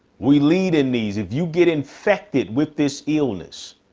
we lead in these. if you get infected with this illness,